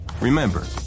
Remember